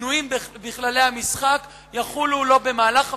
ששינויים בכללי המשחק יחולו לא במהלך המשחק,